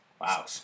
Wow